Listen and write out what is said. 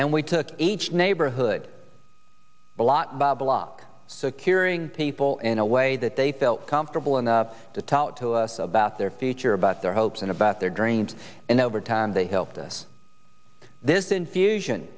and we took a neighborhood block by block securing people in a way that they felt comfortable enough to talk to us about their future about their hopes and about their dreams and over time they helped us this infusion